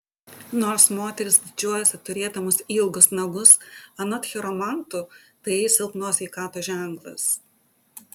nors moterys didžiuojasi turėdamos ilgus nagus anot chiromantų tai silpnos sveikatos ženklas